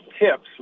tips